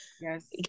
yes